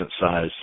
size